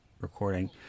recording